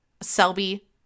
Selby